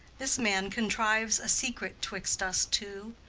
this man contrives a secret twixt us two,